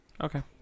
okay